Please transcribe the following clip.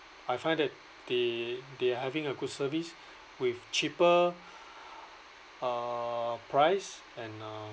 I find that they they are having a good service with cheaper uh price and uh